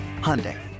Hyundai